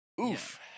oof